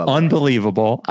unbelievable